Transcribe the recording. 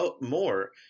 more